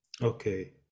Okay